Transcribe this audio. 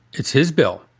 it's his bill.